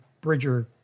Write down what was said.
Bridger